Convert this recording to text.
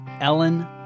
Ellen